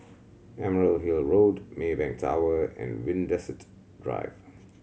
Emerald Hill Road Maybank Tower and Drive